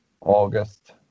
august